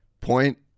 point